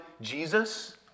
Jesus